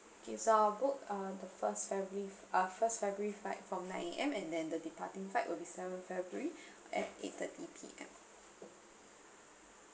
K so I'll book uh the first february uh first february flight from nine A_M and then the departing flight will be seventh february at eight thirty P_M